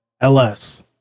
LS